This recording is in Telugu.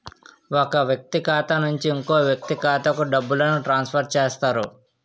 ఒక వ్యక్తి ఖాతా నుంచి ఇంకో వ్యక్తి ఖాతాకు డబ్బులను ట్రాన్స్ఫర్ చేస్తారు